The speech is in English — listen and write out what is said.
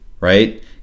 right